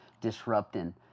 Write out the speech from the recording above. disrupting